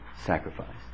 sacrifice